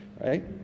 right